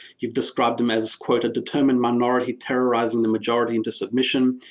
you've described them as, quote, a determined minority terrorising the majority into submission.